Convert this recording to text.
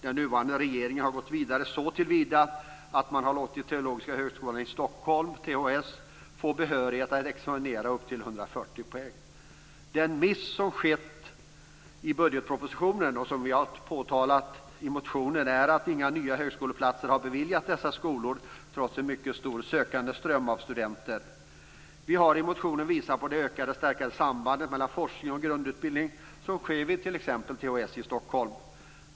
Den nuvarande regeringen har gått vidare så till vida att man har låtit Teologiska högskolan i Stockholm, THS, få behörighet att examinera upp till 140 poäng. Den miss som skett i budgetpropositionen, som vi har påtalat i motionen, är att inga nya högskoleplatser har beviljats dessa skolor trots en mycket stor sökandeström av studenter. Vi har i motionen visat på de utökade och stärkta sambandet mellan forskning och grundutbildning som sker vid t.ex. THS i Stockholm.